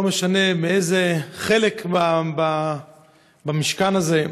לא משנה מאיזה חלק במשכן הזה.